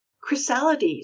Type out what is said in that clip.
Chrysalides